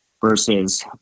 Versus